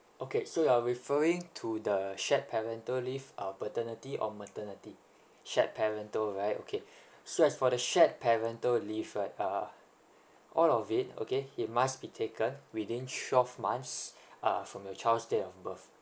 okay so you're referring to the shared parental leave or paternity or maternity shared parental right okay so as for the shared parental leave right uh all of it okay it must be taken within twelve months uh from your child's date of birth